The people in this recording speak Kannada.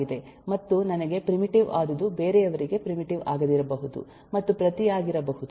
ಮತ್ತು ನನಗೆ ಪ್ರಿಮಿಟಿವ್ ಆದುದು ಬೇರೆಯವರಿಗೆ ಪ್ರಿಮಿಟಿವ್ ಆಗದಿರಬಹುದು ಮತ್ತು ಪ್ರತಿಯಾಗಿರಬಹುದು